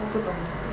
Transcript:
我不懂